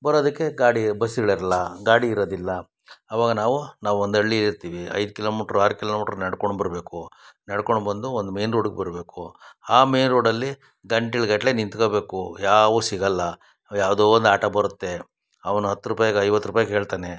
ಬರೋದಕ್ಕೆ ಗಾಡಿ ಬಸ್ಸಗಳಿರಲ್ಲ ಗಾಡಿ ಇರೋದಿಲ್ಲ ಆವಾಗ ನಾವು ನಾವು ಒಂದು ಹಳ್ಳಿಲ್ ಇರ್ತೀವಿ ಐದು ಕಿಲೋಮೀಟ್ರು ಆರು ಕಿಲೋಮೀಟ್ರು ನಡ್ಕೊಂಡು ಬರಬೇಕು ನಡ್ಕೊಂಡು ಬಂದು ಒಂದು ಮೇಯ್ನ್ ರೋಡಗೆ ಬರಬೇಕು ಆ ಮೇಯ್ನ್ ರೋಡಲ್ಲಿ ಗಂಟೆಗಟ್ಟಲೆ ನಿಂತ್ಕೋಬೇಕು ಯಾವೂ ಸಿಗೋಲ್ಲ ಯಾವುದೋ ಒಂದು ಆಟೋ ಬರುತ್ತೆ ಅವ್ನು ಹತ್ತು ರೂಪಾಯ್ಗೆ ಐವತ್ತು ರೂಪಾಯಿ ಕೇಳ್ತಾನೆ